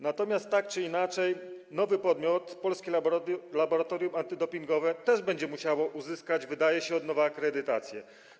Natomiast tak czy inaczej nowy podmiot - Polskie Laboratorium Antydopingowe - też będzie musiał uzyskać, jak się wydaje, od nowa akredytację.